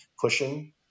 pushing